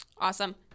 Awesome